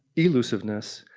elusiveness,